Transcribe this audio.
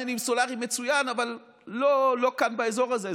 פאנלים סולריים, מצוין, אבל לא כאן, באזור הזה.